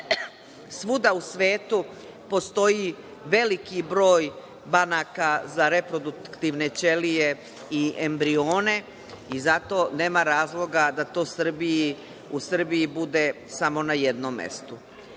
svuda u svetu postoji veliki broj banaka za reproduktivne ćelije i embrione i zato nema razloga da to u Srbiji bude samo na jednom mestu. Vaše